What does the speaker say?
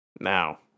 Now